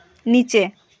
নিচে